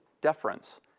deference